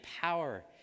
power